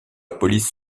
police